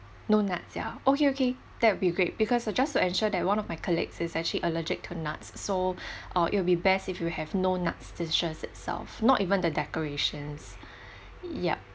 no nuts ya okay okay that would be great because just to ensure that one of my colleagues is actually allergic to nuts so or it will be best if you have no nuts dishes itself not even the decorations yup